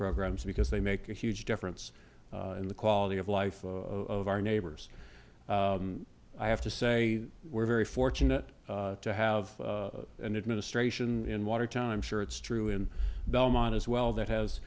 programs because they make a huge difference in the quality of life of our neighbors i have to say we're very fortunate to have an administration in watertown i'm sure it's true in belmont as well that has